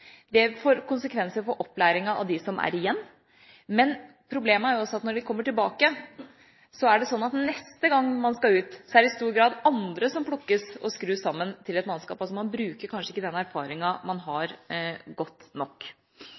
Det får konsekvenser for opplæringen av dem som er igjen. Men problemet er også at når de kommer tilbake og noen skal ut neste gang, er det i stor grad andre som plukkes og skrus sammen til et mannskap. Man bruker altså kanskje ikke den erfaringen man har, godt nok.